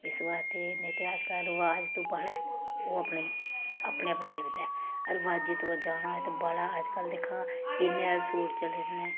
इस्स वास्ते नेईं ते अजकल्ल रवाज तो बाला ऐ ओह् अपने अपने अपने निभदा ऐ रवाजें पर जाना होवे ते बाला अजकल्ल दिक्ख हां किन्ने सूट चले दे न